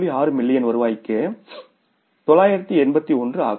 6 million வருவாய்க்கு 981 ஆகும்